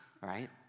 right